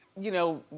you know,